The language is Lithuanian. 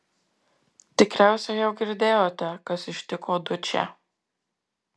tikriausiai jau girdėjote kas ištiko dučę